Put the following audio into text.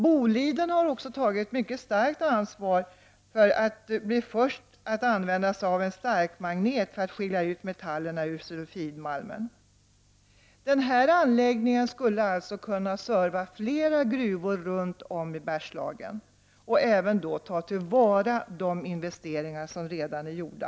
Boliden har också engagerat sig mycket starkt för att bli först med att använda sig av en starkmagnet för att skilja ut metaller ur sulfidmalmen. Denna anläggning skulle kunna serva flera gruvor runt om i Bergslagen och även ta till vara de investeringar som redan är gjorda.